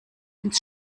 ins